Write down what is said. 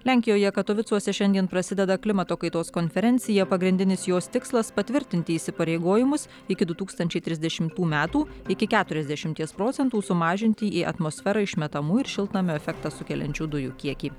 lenkijoje katovicuose šiandien prasideda klimato kaitos konferencija pagrindinis jos tikslas patvirtinti įsipareigojimus iki du tūkstančiai trisdešimtų metų metų iki keturiasdešimties procentų sumažinti į atmosferą išmetamų ir šiltnamio efektą sukeliančių dujų kiekį